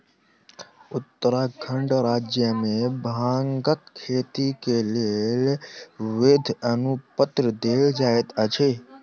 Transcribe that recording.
उत्तराखंड राज्य मे भांगक खेती के लेल वैध अनुपत्र देल जाइत अछि